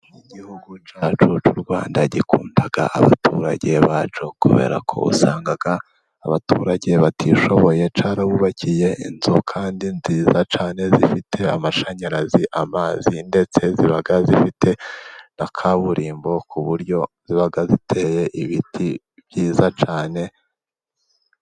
Igihugu cyacu cy'u Rwanda gikunda abaturage bacyo, kubera ko usanga abaturage batishoboye cyarabubakiye inzu kandi nziza cyane zifite amashanyarazi, amazi, ndetse ziba zifite na kaburimbo ku buryo ziba ziteye ibiti byiza cyane.